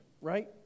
right